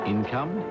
Income